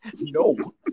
no